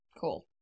cool